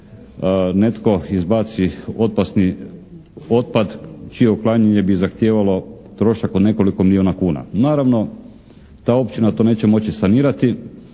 netko izbaci opasni otpad čije uklanjanje bi zahtijevalo trošak od nekoliko milijuna kuna. Naravno ta općina to neće moći sanirati,